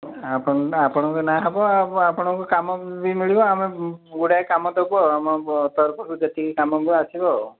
ଆପଣ ଆପଣଙ୍କ ନାଁ ହେବ ଆପଣଙ୍କୁ କାମ ବି ମିଳିବ ଆମେ ଗୁଡ଼ାଏ କାମ ଦେବୁ ଆମ ତରଫରୁ ଯେତିକି କାମ ଆସିବ ଆଉ